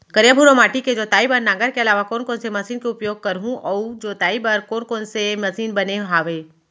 करिया, भुरवा माटी के जोताई बर नांगर के अलावा कोन कोन से मशीन के उपयोग करहुं अऊ जोताई बर कोन कोन से मशीन बने हावे?